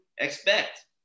expect